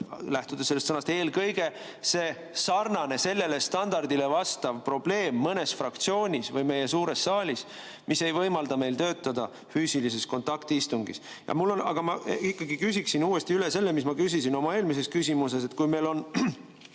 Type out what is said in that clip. lähtudes sõnast "eelkõige", sellele standardile vastav probleem mõnes fraktsioonis või meie suures saalis, mis ei võimalda meil töötada füüsilise kontaktistungi vormis. Aga ma ikkagi küsin uuesti üle selle, mis ma küsisin oma eelmises küsimuses. Kui meil on